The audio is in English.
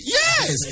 yes